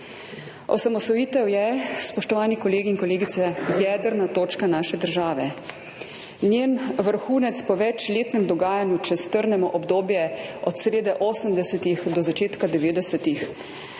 Osamosvojitev je, spoštovani kolegi in kolegice, jedrna točka naše države, njen vrhunec po večletnem dogajanju, če strnemo obdobje od srede 80. do začetka 90.,